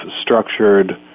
structured